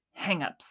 hangups